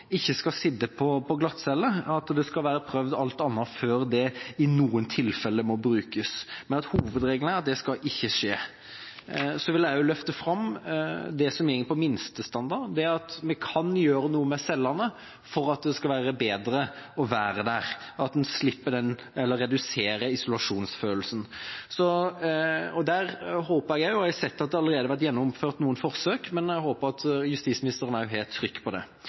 hovedregelen er at det ikke skal skje. Så vil jeg også løfte fram det som går på minstestandarden, det at vi kan gjøre noe med cellene for at det skal være bedre å være der, at man reduserer isolasjonsfølelsen. Jeg har sett at det allerede er vært gjennomført noen forsøk, men jeg håper at justisministeren også har trykk på det.